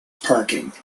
parking